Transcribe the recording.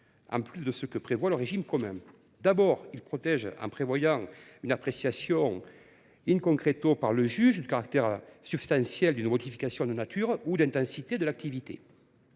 en sus de ce que prévoit le régime commun. D’abord, il prévoit une appréciation par le juge du caractère substantiel d’une modification de nature ou d’intensité de l’activité.